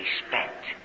respect